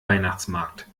weihnachtsmarkt